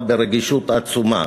שצריך לבחון אותה ברגישות עצומה.